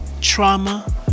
trauma